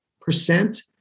Percent